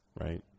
Right